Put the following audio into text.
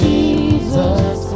Jesus